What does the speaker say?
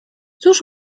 cóż